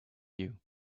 you